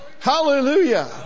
Hallelujah